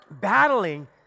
battling